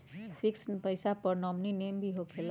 Fix पईसा पर nominee name भी होकेला?